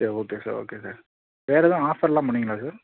சரி okay sir okay sir வேறு எதுவும் ஆஃபர்லாம் பண்ணுவீங்களா சார்